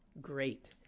Great